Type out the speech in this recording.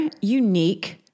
unique